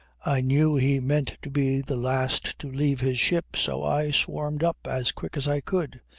i knew he meant to be the last to leave his ship, so i swarmed up as quick as i could,